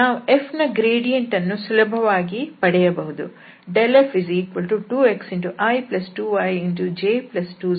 ನಾವು f ನ gradient ಅನ್ನು ಸುಲಭವಾಗಿ ಕಂಡುಹಿಡಿಯಬಹುದು